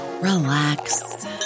relax